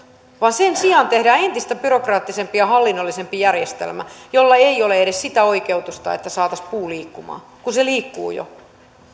vaan sen sijaan tehdään entistä byrokraattisempi ja hallinnollisempi järjestelmä jolla ei ole edes sitä oikeutusta että saataisiin puu liikkumaan kun se liikkuu jo